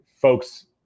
folks